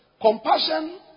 Compassion